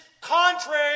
contrary